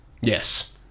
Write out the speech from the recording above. Yes